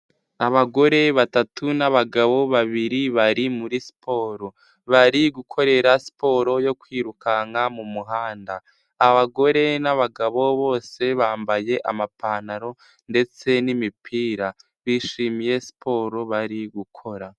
Abagore batatu n'abagabo babiri bari muri siporo bari gukorera siporo yo kwirukanka mu muhanda, abagore n'abagabo bose bambaye amapantaro ndetse n'imipira. Bishimiye siporo bari gukora.